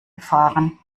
gefahren